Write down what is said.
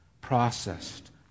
processed